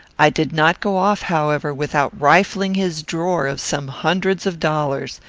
i did not go off, however, without rifling his drawer of some hundreds of dollars,